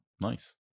Nice